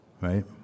right